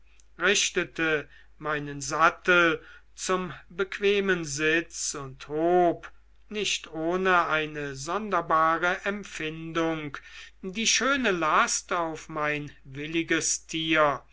richtete meinen sattel zum bequemen sitz und hob nicht ohne eine sonderbare empfindung die schöne last auf mein williges tier